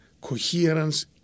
coherence